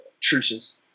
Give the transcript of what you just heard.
truces